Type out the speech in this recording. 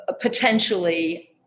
potentially